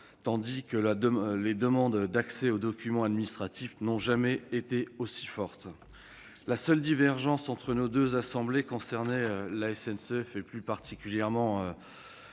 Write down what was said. moment où la demande d'accès aux documents administratifs n'a jamais été aussi forte. La seule divergence entre nos deux assemblées concernait la SNCF, et plus particulièrement